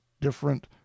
different